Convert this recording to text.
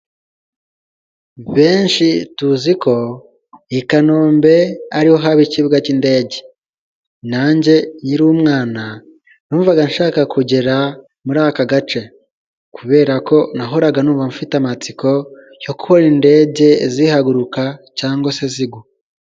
Benshi tuzi ko i Kanombe ariho haba ikibuga k'indege, nanjye nkiri umwana numvaga nshaka kugera muri aka gace, kubera ko nahoraga numva mfite amatsiko yo gubona indege zihaguruka cyangwa se zigwa.